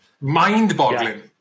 Mind-boggling